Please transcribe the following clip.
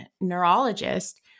neurologist